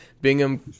Bingham